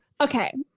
Okay